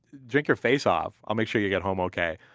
drink your face off. i'll make sure you get home okay.